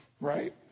Right